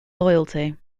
loyalty